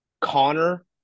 Connor